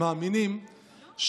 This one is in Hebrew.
מאמינים,